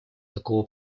такого